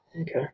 Okay